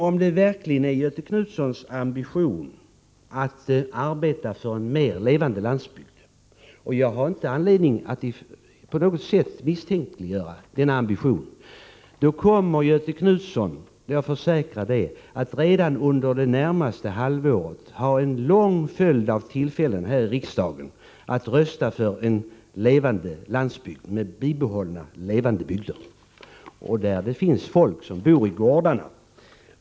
Om det verkligen är Göthe Knutsons ambition att arbeta för en mera levande landsbygd — jag har ingen anledning att på något sätt misstänkliggöra Göthe Knutsons ambitioner — kommer Göthe Knutson, det kan jag försäkra, redan under det närmaste halvåret att ha en lång rad tillfällen här i riksdagen att rösta för en levande landsbygd där det finns folk som bor på gårdarna.